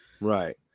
right